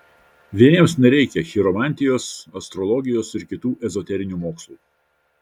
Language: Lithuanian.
vieniems nereikia chiromantijos astrologijos ir kitų ezoterinių mokslų